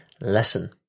lesson